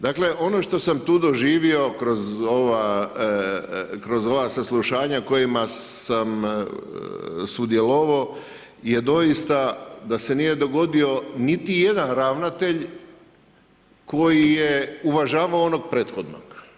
Dakle ono što sam tu doživio kroz ova saslušanja kojima sam sudjelovao je doista da se nije dogodio niti jedan ravnatelj koji je uvažavao onog prethodnog.